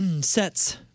Sets